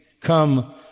come